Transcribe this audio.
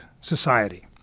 society